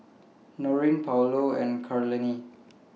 Noreen Paulo and Karlene